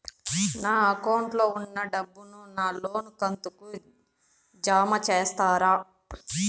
నా అకౌంట్ లో ఉన్న డబ్బును నా లోను కంతు కు జామ చేస్తారా?